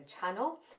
channel